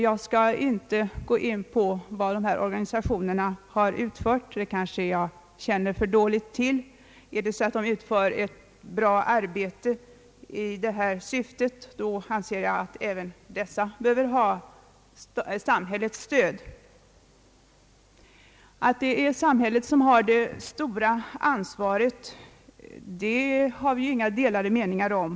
Jag skall inte gå in på vad dessa organisationer har utfört — det känner jag kanske alltför dåligt till — men om det är så att de utför ett bra arbete anser jag att även dessa organisationer bör ha samhällets stöd. Att det är samhället som har det stora ansvaret råder det inga delade meningar om.